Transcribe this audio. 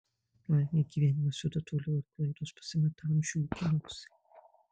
laimė gyvenimas juda toliau ir klaidos pasimeta amžių ūkanose